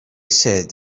said